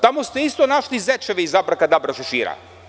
Tamo ste isto našli zečeve iz abra ka dabra šešira.